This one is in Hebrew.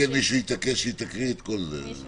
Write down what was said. הייתי רוצה שנציג העירייה יפרט טיפה על העבירות עצמן.